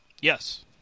Yes